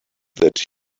that